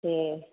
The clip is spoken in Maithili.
ठीक